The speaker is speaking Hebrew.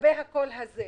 לגבי הקול הזה.